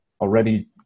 already